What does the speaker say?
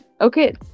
Okay